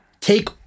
Take